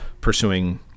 pursuing